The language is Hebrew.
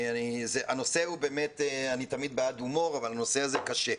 אני תמיד בעד הומור אבל הנושא הזה קשה.